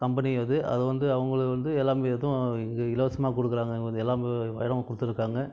company அது அது வந்து அவங்களே வந்து எல்லாமே எதுவும் இங்கே இலவசமாக கொடுக்குறாங்க எல்லாம் வயலும் கொடுத்துருக்காங்க